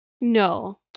no